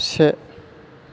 से